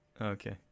okay